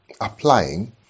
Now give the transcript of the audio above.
applying